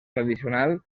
tradicional